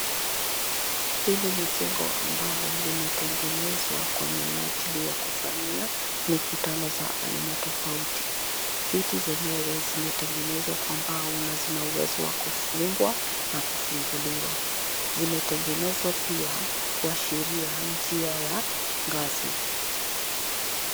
Hili ni jengo ambalo limetengenezwa kwa minajili ya kufanyia mikutano za aina tofauti. Viti zenyewe zimetengenezwa kwa mbao na zina uwezo wa kufungwa na kufunguliwa. Zimetengenezwa pia kuashiria njia ya ngazi.